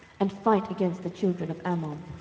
and fight against the children of ammon,